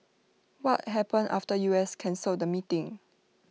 what happened after U S cancelled the meeting